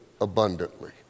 Abundantly